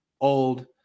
old